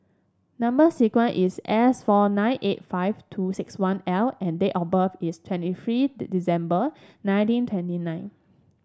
number sequence is S four nine eight five two six one L and date of birth is twenty three December nineteen twenty nine